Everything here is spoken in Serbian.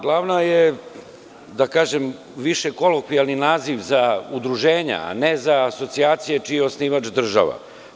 Glavna je, da kažem, više kolokvijalni naziv za udruženja, a ne za asocijacije čiji je osnivač država.